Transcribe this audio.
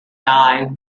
dive